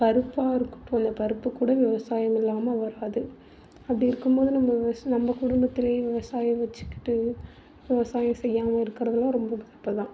பருப்பாக இருக்கட்டும் இந்த பருப்பு கூட விவசாயம் இல்லாமல் வராது அப்படி இருக்கும் போது நம்ம நம்ம குடும்பத்தில் விவசாயி வச்சுக்கிட்டு விவசாயம் செய்யாமல் இருக்கிறதலாம் ரொம்ப தப்பு தான்